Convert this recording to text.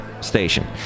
station